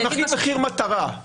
תוכנית מחיר מטרה.